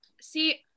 See